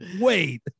Wait